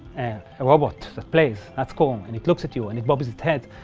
and a robot that plays, that's cool, and it looks at you and it bubbles it's head.